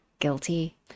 Guilty